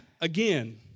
again